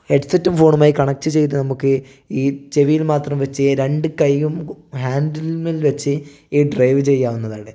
ഹെഡ്സെറ്റും ഫോണുമായി കണക്റ്റ് ചെയ്ത് നമുക്ക് ഈ ചെവിയിൽ മാത്രം വെച്ച് രണ്ട് കയ്യും ഹാൻഡിലിൻ മേൽ വെച്ച് ഡ്രൈവ് ചെയ്യാവുന്നതാണ്